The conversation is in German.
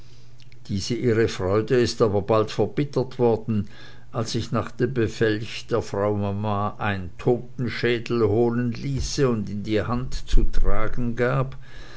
diese ihre freude ist aber bald verbittert worden als ich nach dem befelch der frau mama ein totenschädel holen ließe und in die hand zu tragen gab